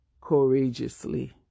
courageously